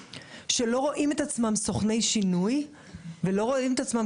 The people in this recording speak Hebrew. שלא רואים את עצמם כסוכני שינוי ולא רואים את עצמם